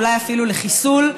ואולי אפילו לחיסולו,